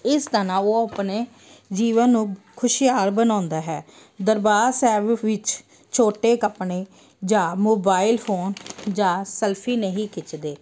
ਇਸ ਤਰ੍ਹਾਂ ਉਹ ਆਪਣੇ ਜੀਵਨ ਨੂੰ ਖੁਸ਼ਹਾਲ ਬਣਾਉਂਦਾ ਹੈ ਦਰਬਾਰ ਸਾਹਿਬ ਵਿੱਚ ਛੋਟੇ ਕੱਪੜੇ ਜਾਂ ਮੋਬਾਈਲ ਫੋਨ ਜਾਂ ਸਲਫੀ ਨਹੀਂ ਖਿੱਚਦੇ